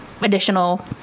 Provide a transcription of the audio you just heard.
additional